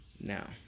Now